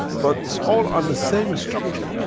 but it's all on the same structure,